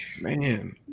Man